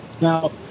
Now